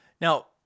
Now